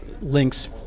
links